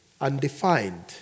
undefined